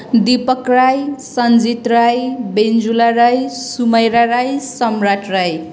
Dipak Rai Sanjit Rai Benjula Rai Sumayara Rai Samrat Rai